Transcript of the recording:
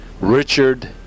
Richard